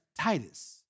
Titus